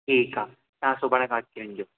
ठीक आ तां सुभाणे खां अची वञिजो